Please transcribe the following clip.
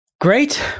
Great